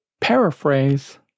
paraphrase